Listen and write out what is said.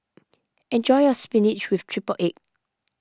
enjoy your Spinach with Triple Egg